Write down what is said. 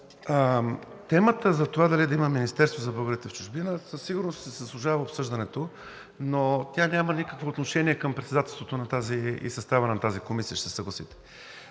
Темата за това дали да има Министерство за българите в чужбина със сигурност си заслужава обсъждането, но тя няма никакво отношение към председателството и състава на тази комисия, ще се съгласите.